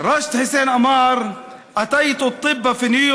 (אומר בערבית: